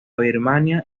birmania